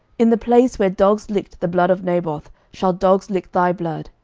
in the place where dogs licked the blood of naboth shall dogs lick thy blood,